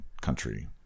country